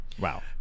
Wow